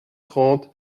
trente